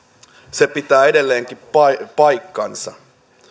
se pitää edelleenkin paikkansa